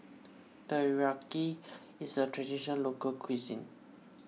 Teriyaki is a Traditional Local Cuisine